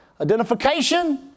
identification